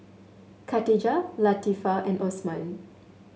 Katijah Latifa and Osman